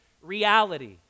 reality